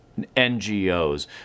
NGOs